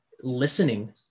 listening